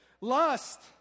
Lust